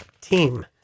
team